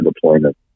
deployment